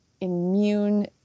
immune